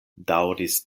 daŭris